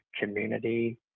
community